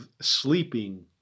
sleeping